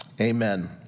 Amen